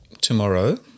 tomorrow